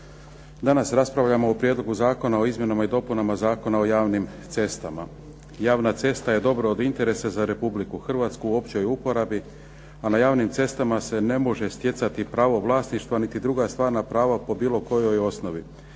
Danas raspravljamo o prijedlogu zakona o izmjenama i dopunama Zakona o javnim cestama. Javna cesta je dobro od interesa za RH u općoj uporabi, a na javnim cestama se ne može stjecati pravo vlasništva niti druga stvarna prava po bilo kojoj osnovi.